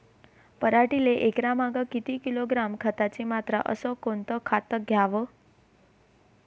पराटीले एकरामागं किती किलोग्रॅम खताची मात्रा अस कोतं खात द्याव?